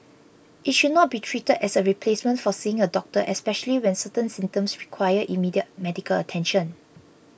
it should not be treated as a replacement for seeing a doctor especially when certain symptoms require immediate medical attention